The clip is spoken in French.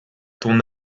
ton